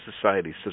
society